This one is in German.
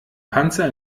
panzer